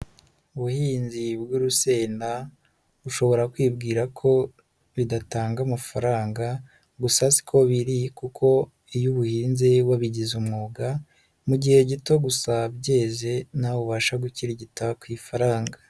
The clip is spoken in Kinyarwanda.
Ubuhinzi bw'urusenda ushobora kwibwira ko bidatanga amafaranga, gusa siko biri kuko iyo uhinze wabigize umwuga mu gihe gito gusa byeze nawe ubasha gukirigita ku ifaranga.